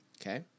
okay